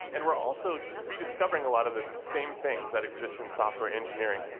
and we're also rediscovering a lot of the same things that exist in software engineering,